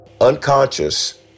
unconscious